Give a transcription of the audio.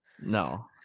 No